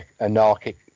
anarchic